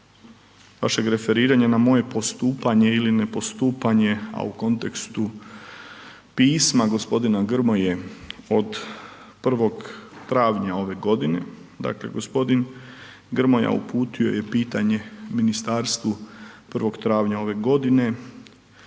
vašeg referiranja na moje postupanje ili ne postupanje, a u kontekstu pisma g. Grmoje od 1. travnja ove godine, dakle g. Grmoja uputio je pitanje ministarstvu 1. travnja ove godine,